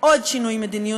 אני רוצה להודות לינון מגל,